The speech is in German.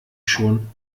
schon